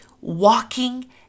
walking